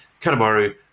Kanemaru